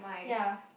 ya